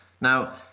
Now